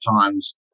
times